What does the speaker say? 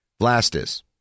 Blastus